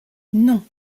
non